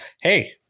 hey